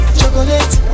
chocolate